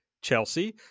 Chelsea